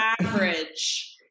average